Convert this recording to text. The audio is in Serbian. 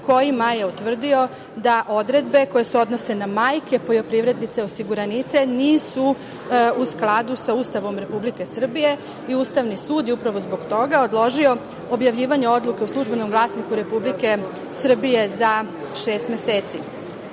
kojima je utvrdio da odredbe koje se odnose na majke poljoprivrednice osiguranice nisu u skladu sa Ustavom Republike Srbije i Ustavni sud je upravo zbog toga predložio objavljivanje odluke u Službenom glasniku Republike Srbije za šest meseci. Od